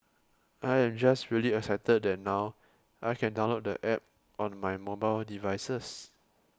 I am just really excited that now I can download the app on my mobile devices